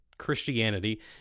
christianity